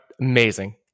Amazing